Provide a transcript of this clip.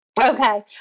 Okay